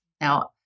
Now